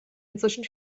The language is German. inzwischen